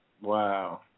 Wow